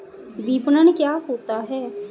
विपणन क्या होता है?